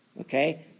Okay